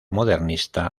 modernista